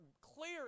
clear